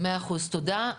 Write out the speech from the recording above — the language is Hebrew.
מאה אחוז, תודה.